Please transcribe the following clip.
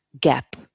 gap